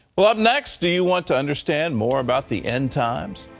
ah up next, do you want to understand more about the end times?